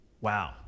Wow